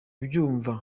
byumba